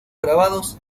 grabados